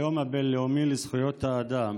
היום הבין-לאומי לזכויות האדם,